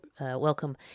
welcome